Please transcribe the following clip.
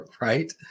Right